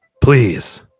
please